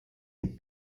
and